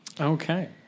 Okay